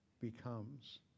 becomes